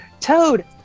Toad